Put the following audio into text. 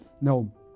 No